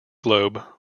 globe